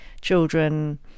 children